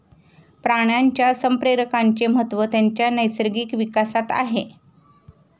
प्राण्यांच्या संप्रेरकांचे महत्त्व त्यांच्या नैसर्गिक विकासात आहे